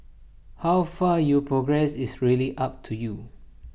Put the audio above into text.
how far you progress is really up to you